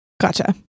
Gotcha